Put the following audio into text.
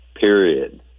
Period